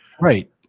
right